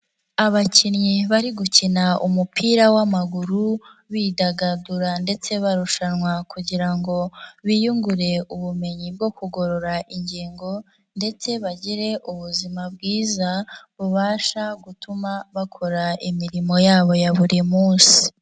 Abakinnyi bari gukina umupira w'amaguru, bidagadura ndetse barushanwa kugira ngo biyungure ubumenyi bwo kugorora ingingo ndetse bagire ubuzima bwiza, bubasha gutuma bakora imirimo yabo ya buri munsi.